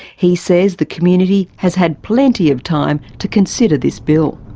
he says the community has had plenty of time to consider this bill.